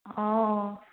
অ